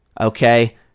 Okay